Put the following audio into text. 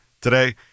today